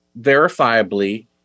verifiably